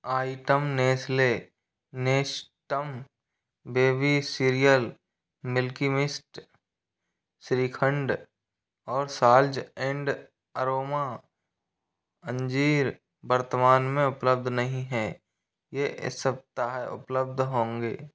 item Nestle Nestum baby cereal milky mist shrikhand और साल्ज and aroma अंजीर वर्तमान में उपलब्ध नहीं है ये इस सप्ताह उपलब्ध होंगे